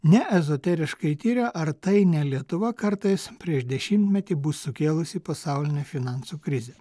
ne ezoteriškai tiria ar tai ne lietuva kartais prieš dešimtmetį bus sukėlusi pasaulinę finansų krizę